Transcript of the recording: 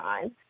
time